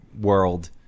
world